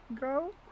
go